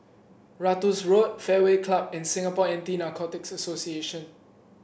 Ratus Road Fairway Club and Singapore Anti Narcotics Association